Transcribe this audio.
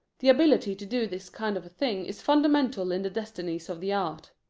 the ability to do this kind of a thing is fundamental in the destinies of the art.